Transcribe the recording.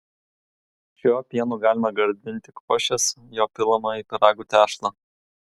šiuo pienu galima gardinti košes jo pilama į pyragų tešlą